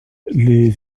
les